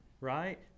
right